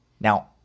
Now